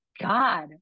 God